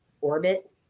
orbit